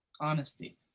honesty